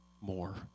more